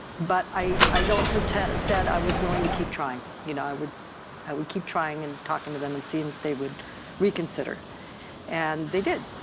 but i ah yeah also said i was willing to keep trying you know i would i would keep trying and talking to them and seeing if they would reconsider and they did.